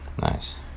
Nice